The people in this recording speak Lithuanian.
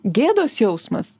gėdos jausmas